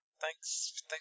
thanks